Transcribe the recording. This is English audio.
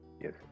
yes